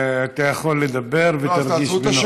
אתה יכול לדבר ותרגיש בנוח.